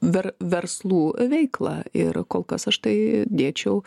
dar verslų veiklą ir kol kas aš tai dėčiau